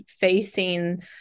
facing